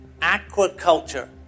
aquaculture